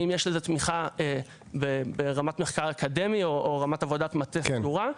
האם יש לזה תמיכה ברמת מחקר אקדמי או רמת עבודת מטה סדורה,